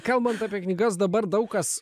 kalbant apie knygas dabar daug kas